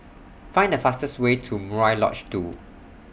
Find The fastest Way to Murai Lodge two